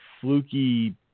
fluky